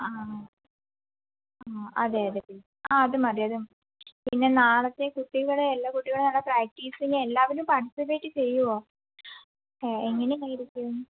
ആ ആ അതെയതെ ആ അതുമതി അതുമതി പിന്നെ നാളത്തെ കുട്ടികളെ എല്ലാ കുട്ടികളെയും നല്ല പ്രാക്ടീസിന് എല്ലാവരും പാർട്ടിസിപ്പേറ്റ് ചെയ്യോ എങ്ങനെ ആയിരിക്കും